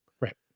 Right